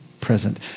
present